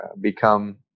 become